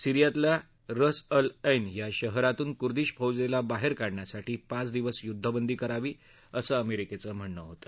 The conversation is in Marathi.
सीरियातल्या रस अल ऐन या शहरातून कुर्दिश फौजेला बाहेर काढण्यासाठी पाच दिवस युद्धबंदी करावी असं अमेरिकेचं म्हणणं होतं